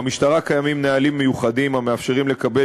במשטרה קיימים נהלים מיוחדים המאפשרים לקבל